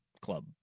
Club